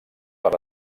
per